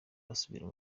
basubira